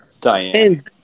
Diane